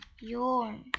Yawn